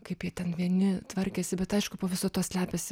kaip jie ten vieni tvarkėsi bet aišku po viso tuo slepiasi